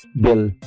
Bill